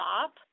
stop